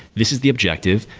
this is the objective.